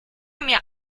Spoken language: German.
mir